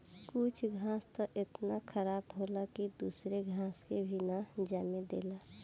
कुछ घास त इतना खराब होला की दूसरा घास के भी ना जामे देला